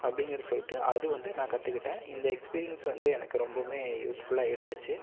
அப்படிங்கிறது சொல்லிட்டு அது வந்து நான் கற்றுக்கிட்டேன் இந்த எக்ஸ்பீரியன்ஸ் வந்து எனக்கு ரொம்பவும் யூஸ்ஃபுல்லாக இருந்துச்சு